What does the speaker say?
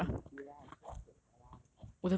你 cool lah 你 cool lah okay lah 很好 lah